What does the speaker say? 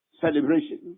celebration